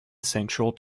central